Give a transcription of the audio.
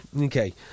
Okay